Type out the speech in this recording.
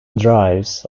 drives